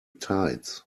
tides